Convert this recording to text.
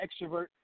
extrovert